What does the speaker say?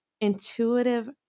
intuitive